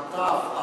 נטף,